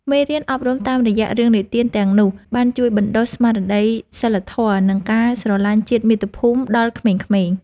មេរៀនអប់រំតាមរយៈរឿងនិទានទាំងនោះ បានជួយបណ្ដុះស្មារតីសីលធម៌ និងការស្រឡាញ់ជាតិមាតុភូមិដល់ក្មេងៗ។